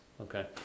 okay